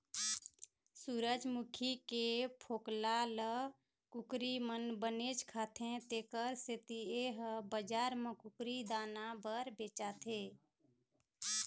सूरजमूखी के फोकला ल कुकरी मन बनेच खाथे तेखर सेती ए ह बजार म कुकरी दाना बर बेचाथे